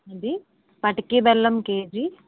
ఇది పటిక బెల్లం కేజీ